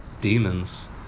Demons